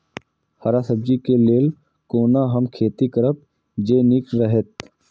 हरा सब्जी के लेल कोना हम खेती करब जे नीक रहैत?